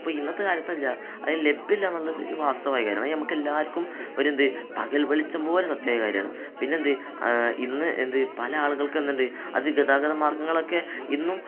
അപ്പോള് ഇന്നത്തെക്കാലത്ത് അതില്ല അത് ലഭ്യമല്ലെന്നുള്ളത് ഒരു വാസ്തവമായ കാര്യമാണ് അത് നമുക്കെല്ലാവർക്കുമൊരു എന്താണ് പകൽവെളിച്ചം പോലെ സത്യമായ കാര്യമാണ് പിന്നെയെന്താണ് ഇന്ന് എന്താണ് പലയാളുകൾക്കും എന്തുണ്ട് അത് ഗതാഗതമാർഗ്ഗങ്ങളൊക്കെ ഇന്നും